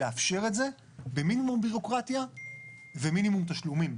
לאפשר את זה במינימום ביורוקרטיה ומינימום תשלומים,